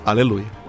Aleluia